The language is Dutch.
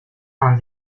aan